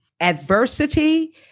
adversity